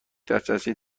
دفترچه